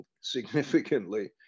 significantly